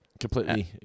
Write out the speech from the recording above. Completely